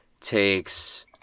takes